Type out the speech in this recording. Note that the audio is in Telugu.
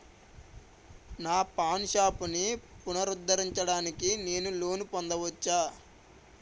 నా పాన్ షాప్ని పునరుద్ధరించడానికి నేను లోన్ పొందవచ్చా?